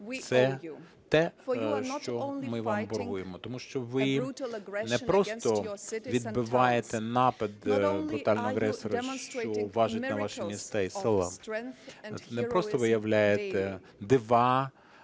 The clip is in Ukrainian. це те, що ми вам боргуємо, тому що ви не просто відбиваєте напад брутального агресора, що важить на ваші міста і села. Непросто виявляєте дива